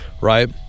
Right